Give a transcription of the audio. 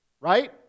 right